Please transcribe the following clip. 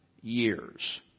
years